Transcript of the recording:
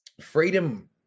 freedom